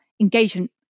engagement